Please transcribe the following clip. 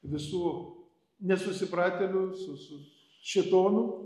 visų nesusipratėlių su su šėtonų